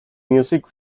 music